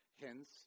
Hence